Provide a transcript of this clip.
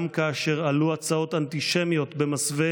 גם כאשר עלו על סדר-היום הצעות אנטישמיות במסווה